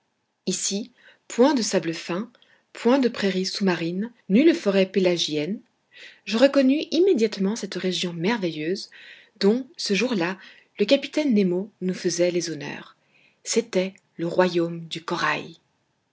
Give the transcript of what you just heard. ici point de sable fin point de prairies sous-marines nulle forêt pélagienne je reconnus immédiatement cette région merveilleuse dont ce jour-là le capitaine nemo nous faisait les honneurs c'était le royaume du corail